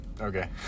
okay